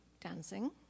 dancing